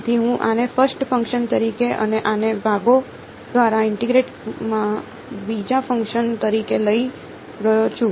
તેથી હું આને ફર્સ્ટ ફંક્શન તરીકે અને આને ભાગો દ્વારા ઇન્ટીગ્રેટ માં બીજા ફંક્શન તરીકે લઈ રહ્યો છું